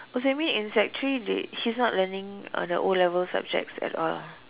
oh so you mean in sec three they he's not learning uh the O-level subjects at all